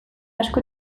asko